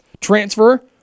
transfer